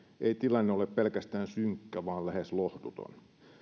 ei ole pelkästään synkkä vaan lähes lohduton